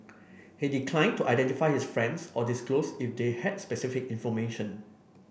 he declined to identify his friends or disclose if they had specific information